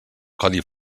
codi